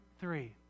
three